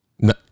No